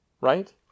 Right